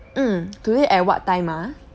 mm today at what time ah